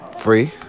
free